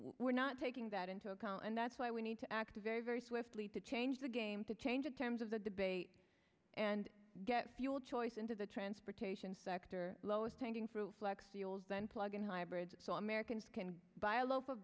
we're not taking that into account and that's why we need to act very very swiftly to change the game to change the terms of the debate and get fuel choice into the transportation sector lowest hanging fruit then plug in hybrids so americans can buy a loaf of